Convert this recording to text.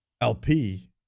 LP